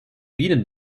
bienen